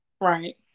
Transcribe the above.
Right